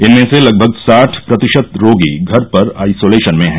इनमें से लगभग साठ प्रतिशत रोगी घर पर आइसोलेशन में हैं